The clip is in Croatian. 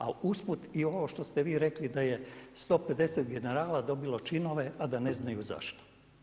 A usput i ovo što što ste vi rekli da je 150 generala dobilo činove a da ne znaju zašto.